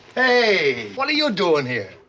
hey! what are you doing here?